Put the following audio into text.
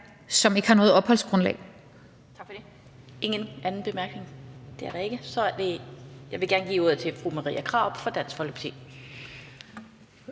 som ikke har noget opholdsgrundlag.